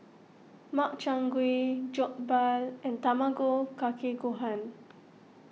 Makchang Gui Jokbal and Tamago Kake Gohan